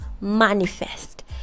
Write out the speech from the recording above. Manifest